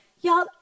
Y'all